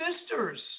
sisters